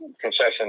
concession